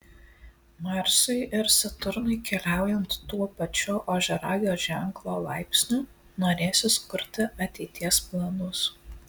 marsui ir saturnui keliaujant tuo pačiu ožiaragio ženklo laipsniu norėsis kurti ateities planus